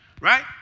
right